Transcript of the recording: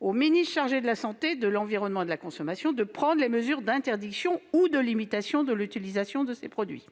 au ministre chargé de la santé, de l'environnement et de la consommation de prendre les mesures d'interdiction ou de limitation de l'utilisation de ces produits.